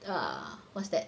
ah what's that